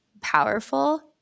powerful